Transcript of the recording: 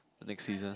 the next season